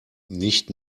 nicht